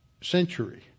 century